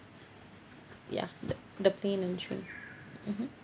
ya the the plane and train mmhmm